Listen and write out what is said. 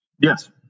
Yes